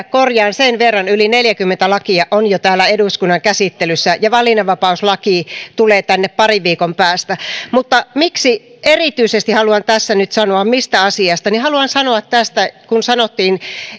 korjaan sen verran että yli neljäkymmentä lakia on jo täällä eduskunnan käsittelyssä ja valinnanvapauslaki tulee tänne parin viikon päästä mutta miksi erityisesti haluan tässä nyt sanoa ja mistä asiasta niin haluan sanoa tästä kun sanottiin